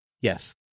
Yes